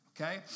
Okay